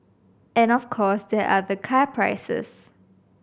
and of course there are the car prices